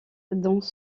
dans